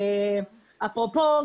אפרופו,